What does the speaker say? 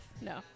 No